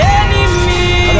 enemy